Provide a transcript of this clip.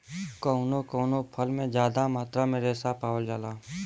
कउनो कउनो फल में जादा मात्रा में रेसा पावल जाला